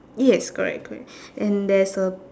yes correct correct and there is a